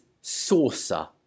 saucer